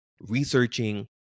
researching